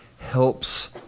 helps